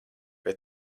vai